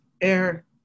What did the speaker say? air